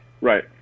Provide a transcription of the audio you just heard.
Right